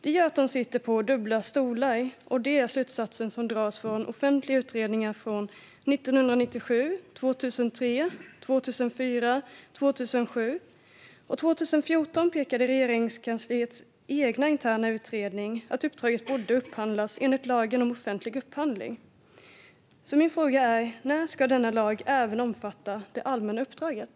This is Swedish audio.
Det gör att man sitter på dubbla stolar, vilket är den slutsats som dras i offentliga utredningar från 1997, 2003, 2004 och 2007. År 2014 pekade Regeringskansliets egna interna utredning på att uppdraget borde upphandlas enligt lagen om offentlig upphandling. Min fråga är: När ska denna lag även omfatta det allmänna uppdraget?